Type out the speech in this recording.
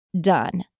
done